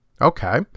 Okay